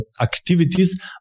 activities